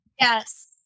Yes